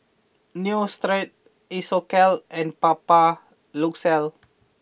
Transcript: Neostrata Isocal and Papulex